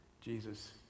Jesus